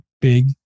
big